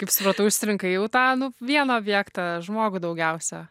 kaip supratau išsirinkai jau tą nu vieną objektą žmogų daugiausiai